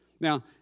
Now